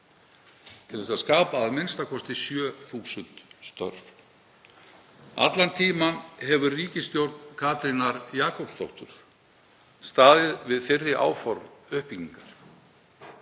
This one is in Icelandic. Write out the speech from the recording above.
til þess að skapa a.m.k. 7.000 störf. Allan tímann hefur ríkisstjórn Katrínar Jakobsdóttur staðið við fyrri áform um uppbyggingu.